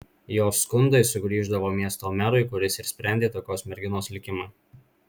jos skundai sugrįždavo miesto merui kuris ir sprendė tokios merginos likimą